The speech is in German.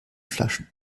flaschen